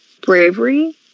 Bravery